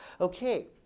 Okay